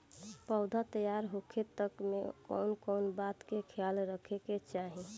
पौधा तैयार होखे तक मे कउन कउन बात के ख्याल रखे के चाही?